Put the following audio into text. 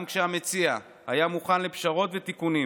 גם כשהמציע היה מוכן לפשרות ותיקונים